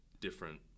different